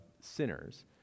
sinners